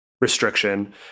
restriction